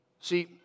See